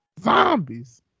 zombies